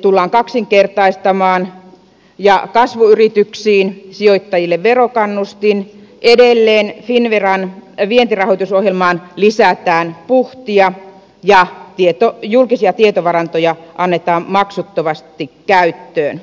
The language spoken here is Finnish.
tullaan kaksinkertaistamaan kasvuyrityksiin sijoittajille verokannustin edelleen finnveran vientirahoitusohjelmaan lisätään puhtia ja julkisia tietovarantoja annetaan maksuttomasti käyttöön